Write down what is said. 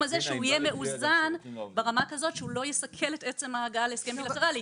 ושיהיה מאוזן ברמה כזאת שהוא לא יסכל את עצם ההגעה להסכם בילטרלי,